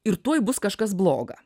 ir tuoj bus kažkas bloga